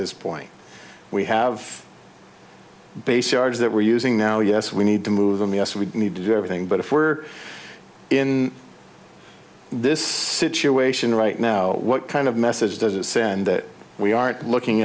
this point we have base yards that we're using now yes we need to move them yes we need to do everything but if we're in this situation right now what kind of message does it send that we aren't looking